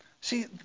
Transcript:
See